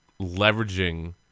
leveraging